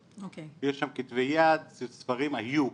שם כתבי יד, ספרים היו.